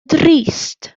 drist